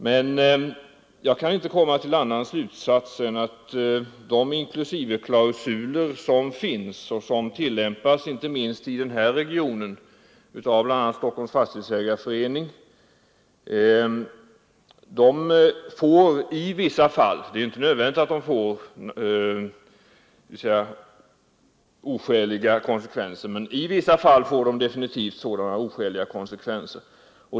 Men jag kan inte komma till någon annan slutsats än att de inklusiveklausuler som tillämpas inte minst i den här regionen, bl.a. av Stockholms fastighetsägareförening, i vissa fall — dvs. inte alltid — får oskäliga konsekvenser.